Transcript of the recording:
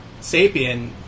Sapien